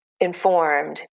informed